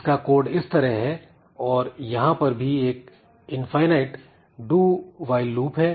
इसका कोड इस तरह है और यहां पर भी एक इनफिनिट डू व्हाईल लूप है